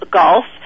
golf